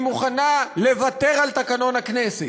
היא מוכנה לוותר על תקנון הכנסת.